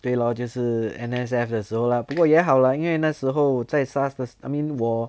对 lor 就是 N_S_F 的时候 lah 不过也好 lah 因为那时候在 SARS 的时 I mean 我